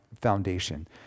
foundation